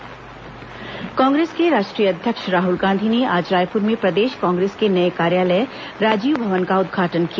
राहुल गांधी छत्तीसगढ कांग्रेस के राष्ट्रीय अध्यक्ष राहुल गांधी ने आज रायपुर में प्रदेश कांग्रेस के नए कार्यालय राजीव भवन का उदघाटन किया